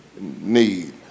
need